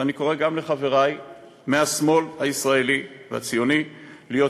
ואני קורא גם לחברי מהשמאל הישראלי והציוני להיות